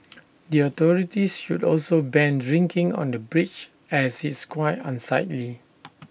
the authorities should also ban drinking on the bridge as it's quite unsightly